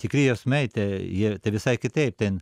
tikri jausmai tai jie visai kitaip ten